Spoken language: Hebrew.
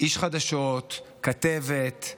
איש חדשות, כתבת,